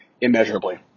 immeasurably